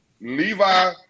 Levi